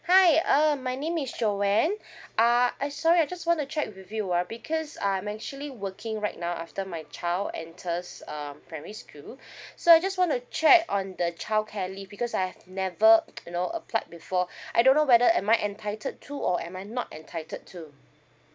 hi uh my name is joan uh I sorry I just want to check with you ah because I'm actually working right now after my child enters um primary school so I just want to check on the childcare leave because I've never you know applied before I don't know whether am I entitled to or am I not entitled to